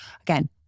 again